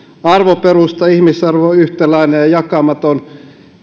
arvoperusta ihmisarvo on yhtäläinen ja jakamaton